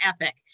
epic